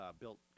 built